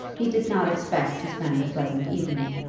he did not expect to spend a pleasant evening.